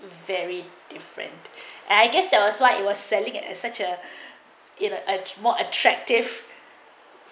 very different and I guess there was like it was selling a such a in a more attractive